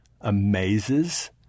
amazes